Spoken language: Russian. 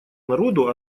народу